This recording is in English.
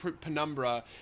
penumbra